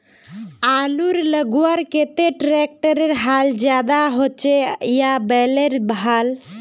आलूर लगवार केते ट्रैक्टरेर हाल ज्यादा अच्छा होचे या बैलेर हाल?